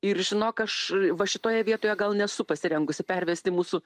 ir žinok aš va šitoje vietoje gal nesu pasirengusi pervesti mūsų